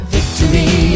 Victory